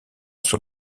sur